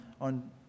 on